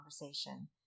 conversation